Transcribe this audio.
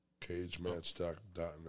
Cagematch.net